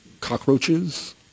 cockroaches